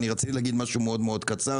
אני רציתי להגיד משהו מאוד מאוד קצר,